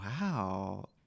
wow